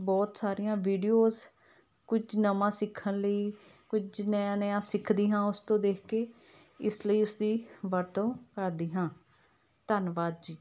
ਬਹੁਤ ਸਾਰੀਆਂ ਵੀਡੀਓਸ ਕੁਝ ਨਵਾਂ ਸਿੱਖਣ ਲਈ ਕੁਝ ਨਿਆ ਨਿਆ ਸਿੱਖਦੀ ਹਾਂ ਉਸ ਤੋਂ ਦੇਖ ਕੇ ਇਸ ਲਈ ਉਸਦੀ ਵਰਤੋਂ ਕਰਦੀ ਹਾਂ ਧੰਨਵਾਦ ਜੀ